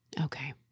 Okay